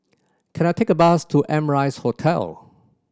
can I take a bus to Amrise Hotel